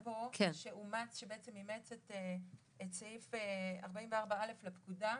ההרכב פה שבעצם אימץ את סעיף 44א לפקודה,